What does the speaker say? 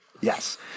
Yes